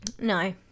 No